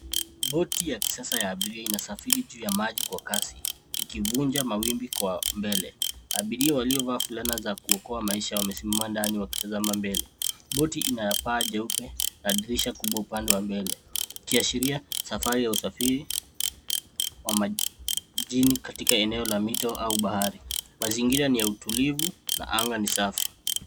Boti ya kisasa ya abiria inasafiri juu ya maji kwa kasi, ikivunja mawimbi kwa mbele. Abiria waliovaa fulana za kuokoa maisha wamesimama ndani wakitazama mbele. Boti ina paa jeupe na dirisha kubwa pande wa mbele, ikiashiria safari ya usafiri wa majini katika eneo la mito au bahari. Mazingira ni ya utulivu na anga ni safi.